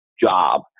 job